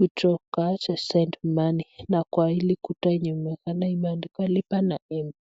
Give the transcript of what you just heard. withdraw cash ,send money(cs), na kwa ile ukuta imaendikwa lipa na mpesa.